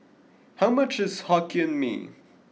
how much is Hokkien Mee